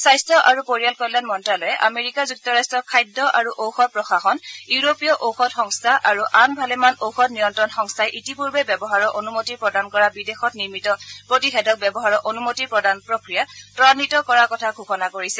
স্বাস্থ্য আৰু পৰিয়াল কল্যাণ মন্ত্যালয়ে আমেৰিকা যুক্তৰাট্টৰ খাদ্য আৰু ঔষধ প্ৰশাসন ইউৰোপীয় ঔষধ সংস্থা আৰু আন ভালেমান ঔষধ নিয়ন্ত্ৰণ সংস্থাই ইতিপূৰ্বে ব্যৱহাৰৰ অনুমতি প্ৰদান কৰা বিদেশত নিৰ্মিত প্ৰতিষেধক ব্যৱহাৰৰ অনুমতি প্ৰদানৰ প্ৰক্ৰিয়া ত্বাৱিত কৰাৰ কথা ঘোষণা কৰিছে